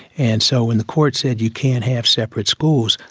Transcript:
and so when the court said you can't have separate schools,